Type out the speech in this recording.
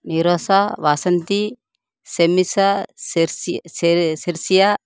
நிரோஷா வசந்தி செமிசா செர்சி செர் செர்ஷியா